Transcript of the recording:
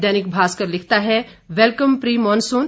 दैनिक भास्कर लिखता है welcome pre monsoon